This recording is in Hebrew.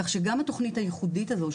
כך שגם התכנית הייחודית הזו,